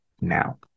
now